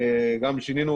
באמת לא קיבלנו,